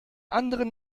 anderen